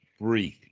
breathe